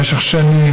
במשך שנים,